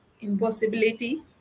impossibility